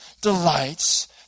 delights